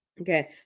Okay